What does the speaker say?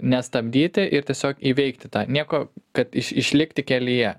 nestabdyti ir tiesiog įveikti tą nieko kad išlikti kelyje